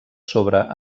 sobre